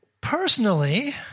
Personally